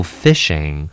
fishing